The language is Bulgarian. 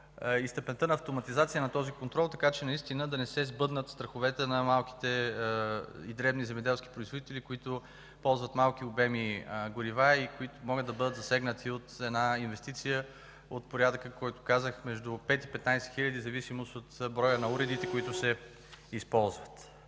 и степента на автоматизация на този контрол, така че наистина да не се сбъднат страховете на малките и дребни земеделски производители, които ползват малки обеми горива и могат да бъдат засегнати от една инвестиция от порядъка, който казах, между 5 и 15 хиляди, в зависимост от броя на уредите, които се използват.